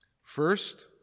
First